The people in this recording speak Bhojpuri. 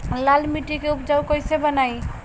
लाल मिट्टी के उपजाऊ कैसे बनाई?